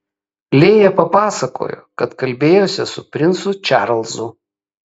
lėja papasakojo kad kalbėjosi su princu čarlzu